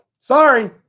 Sorry